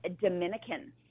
Dominican